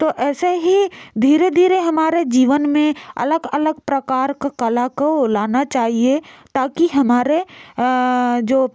तो ऐसे ही धीरे धीरे हमारे जीवन में अलग अलग प्रकार का कला को लाना चाहिए ताकि हमारे जो